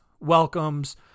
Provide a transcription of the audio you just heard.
welcomes